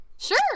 Sure